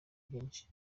byinshi